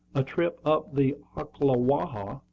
a trip up the ocklawaha,